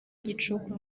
igicuku